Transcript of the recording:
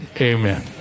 Amen